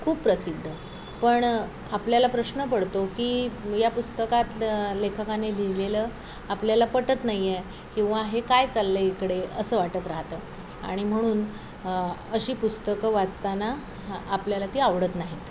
खूप प्रसिद्ध पण आपल्याला प्रश्न पडतो की या पुस्तकात लेखकाने लिहिलेलं आपल्याला पटत नाही आहे किंवा हे काय चाललं आहे इकडे असं वाटत राहतं आणि म्हणून अशी पुस्तकं वाचताना ह् आपल्याला ती आवडत नाहीत